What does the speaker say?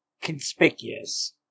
conspicuous